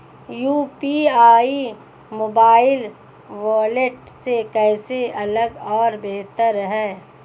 UPI mobile wallet से कैसे अलग और बेहतर है?